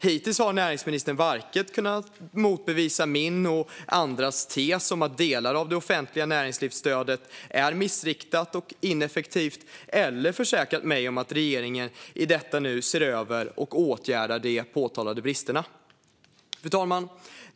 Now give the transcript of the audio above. Hittills har näringsministern varken kunnat motbevisa min och andras tes om att delar av det offentliga näringslivsstödet är missriktat och ineffektivt eller kunnat försäkra mig om att regeringen i detta nu ser över och åtgärdar de påtalade bristerna. Fru talman!